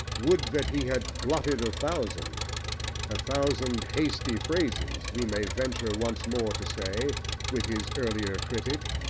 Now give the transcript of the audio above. would that he had blotted a thousand a thousand hasty phrases, we may venture once more to say with his earlier critic,